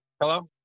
hello